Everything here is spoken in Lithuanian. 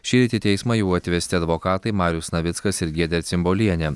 šįryt į teismą jau atvesti advokatai marius navickas ir giedrė cimbolienė